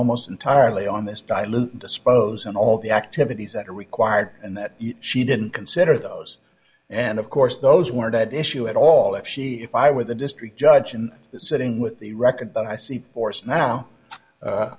almost entirely on this dilute dispose and all the activities that are required and that she didn't consider those and of course those weren't at issue at all if she if i were the district judge and sitting with the record i see force now